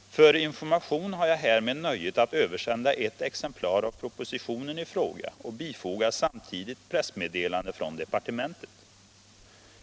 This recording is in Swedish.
För information har jag härmed nöjet översända ett exemplar av propositionen i fråga och bifogar samtidigt pressmeddelande från departementet.